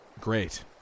great